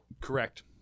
Correct